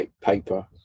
paper